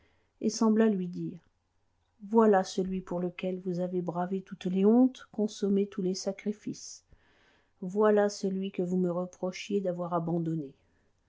et sembla lui dire voilà celui pour lequel vous avez bravé toutes les hontes consommé tous les sacrifices voilà celui que vous me reprochiez d'avoir abandonné